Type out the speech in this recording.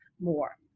more